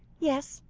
yes,